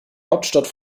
hauptstadt